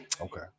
Okay